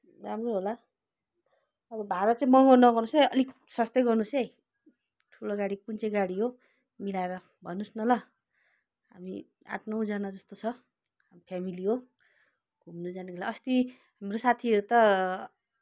राम्रो होला अब भाडा चाहिँ महँगो नगर्नुहोस् है अलिक सस्तै गर्नुहोस् है ठुलो गाडी कुन चाहिँ गाडी हो मिलाएर भन्नुहोस् न ल हामी आठ नौजना जस्तो छ फेमिली हो घुम्नु जानुको लागि अस्ति हाम्रो साथीहरू त